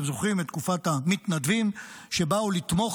אתם זוכרים את תקופת המתנדבים שבאו לתמוך